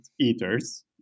eaters